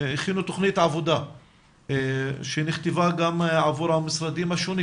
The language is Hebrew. הכינו תוכנית עבודה שנכתבה גם עבור המשרדים השונים